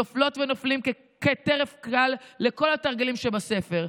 נופלות ונופלים כטרף קל לכל התרגילים שבספר: